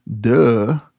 duh